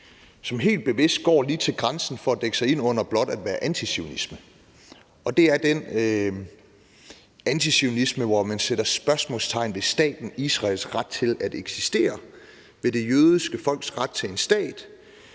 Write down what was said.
som helt bevidst går lige til grænsen for at dække sig ind under blot at være antizionisme. Og det er den antizionisme, hvor man sætter spørgsmålstegn ved staten Israels ret til at eksistere, ved det jødiske folks ret til en stat,